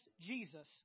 Jesus